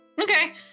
Okay